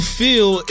feel